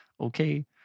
Okay